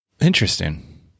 Interesting